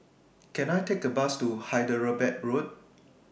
Can I Take A Bus to Hyderabad Road